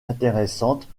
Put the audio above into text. intéressantes